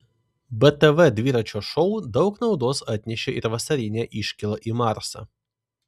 btv dviračio šou daug naudos atnešė ir vasarinė iškyla į marsą